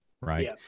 right